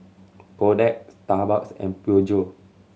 Kodak Starbucks and Peugeot